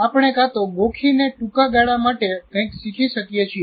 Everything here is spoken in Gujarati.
આપણે કાં તો ગોખીને ટૂંકા ગાળા માટે કંઈક શીખી શકીએ છીએ